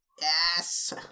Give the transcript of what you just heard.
Yes